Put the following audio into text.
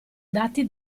dati